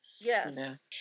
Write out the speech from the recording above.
Yes